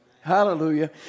hallelujah